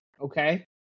okay